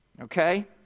Okay